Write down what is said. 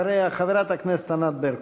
אחריה, חברת הכנסת ענת ברקו.